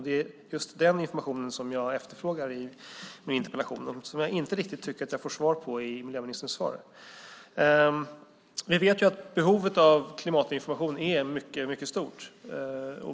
Det är just den informationen jag efterfrågar i min interpellation och som jag inte riktigt tycker att jag får svar om i miljöministerns interpellationssvar. Vi vet att behovet av klimatinformation är mycket stort.